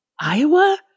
Iowa